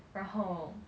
然后